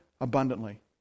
abundantly